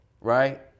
Right